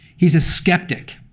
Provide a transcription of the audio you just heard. he's a skeptic.